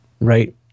right